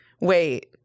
wait